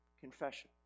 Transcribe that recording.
Confession